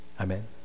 Amen